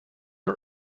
are